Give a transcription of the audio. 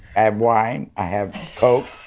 i have wine. i have coke